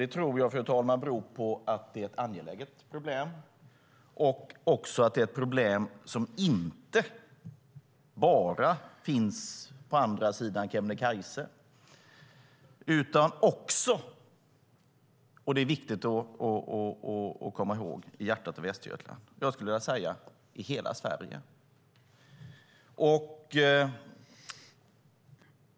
Det tror jag, fru talman, beror på att det är ett angeläget problem och att det är ett problem som inte bara finns på andra sidan Kebnekaise utan också, och det är viktigt att komma ihåg, i hjärtat av Västergötland och, skulle jag vilja säga, i hela Sverige.